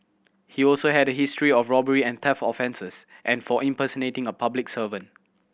he also had a history of robbery and theft offences and for impersonating a public servant